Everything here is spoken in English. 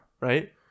Right